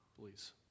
please